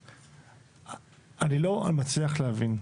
אני לא מצליח להבין.